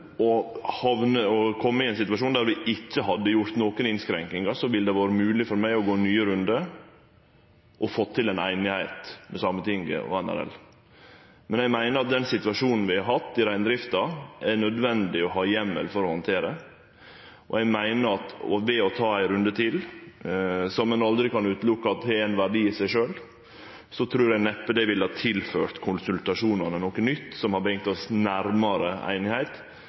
å kome i ein situasjon der vi ikkje hadde gjort nokon innskrenkingar, ville det vore mogleg for meg å gå nye rundar og få til ei einigheit med Sametinget og NRL. Men eg meiner at den situasjonen vi har hatt i reindrifta, er det nødvendig å ha heimel for å handtere. Eg meiner at å ta ein runde til, som ein aldri kan utelukke har ein verdi i seg sjølv, neppe ville ha tilført konsultasjonane noko nytt som hadde brakt oss